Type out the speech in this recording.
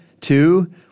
Two